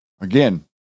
Again